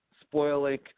Spoiling